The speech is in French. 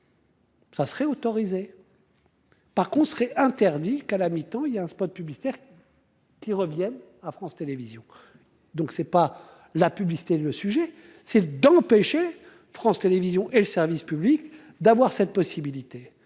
Ça serait autorisée. Par contre est interdit qu'à la mi-temps, il y a un spot publicitaire. Qui reviennent à France Télévisions. Donc c'est pas la publicité, le sujet c'est d'empêcher, France Télévisions et le service public d'avoir cette possibilité